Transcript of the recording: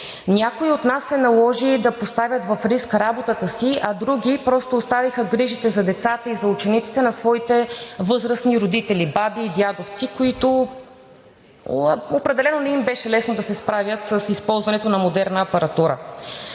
Някои от нас се наложи да поставят в риск работата си, а други – просто оставиха грижите за децата и за учениците на своите възрастни родители – баби и дядовци, на които определено не им беше лесно да се справят с използването на модерна апаратура.